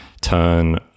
turn